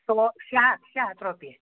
سُہ گوٚو شےٚ ہَتھ شےٚ ہَتھ رۄپیہِ